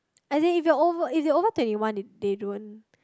as in if you're over if you're over twenty one they don't